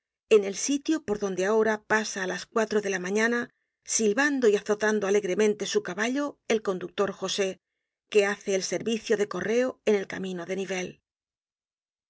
en el sitio por donde ahora pasa á las cuatro de la mañana silbando y azotando alegremente su caballo el conductor josé que hace el servicio de correo en el camino de nivelles